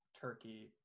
Turkey